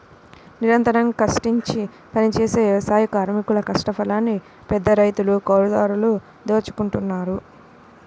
నిరంతరం కష్టించి పనిజేసే వ్యవసాయ కార్మికుల కష్టఫలాన్ని పెద్దరైతులు, కౌలుదారులు దోచుకుంటన్నారు